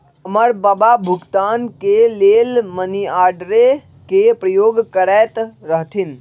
हमर बबा भुगतान के लेल मनीआर्डरे के प्रयोग करैत रहथिन